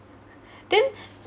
then